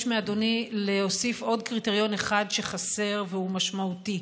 מאדוני להוסיף עוד קריטריון אחד שחסר והוא משמעותי: